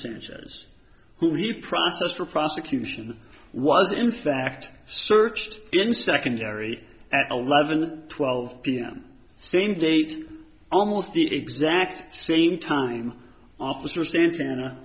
sanchez who he process for prosecution was in fact searched in secondary at eleven twelve pm same date almost the exact same time officer santana